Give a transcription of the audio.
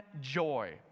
Joy